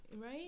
right